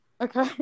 Okay